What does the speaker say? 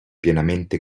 pienamente